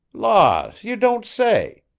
laws! you don't say!